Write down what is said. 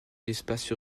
l’espace